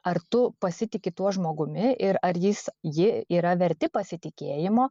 ar tu pasitiki tuo žmogumi ir ar jis ji yra verti pasitikėjimo